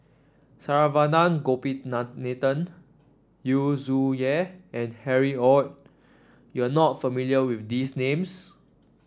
Saravanan Yu Zhuye and Harry Ord you are not familiar with these names